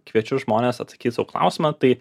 kviečiu žmones atsakyt sau klausimą tai